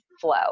flow